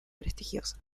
prestigiosa